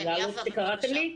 כן, יפה בן דוד, בבקשה.